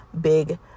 big